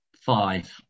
five